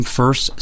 first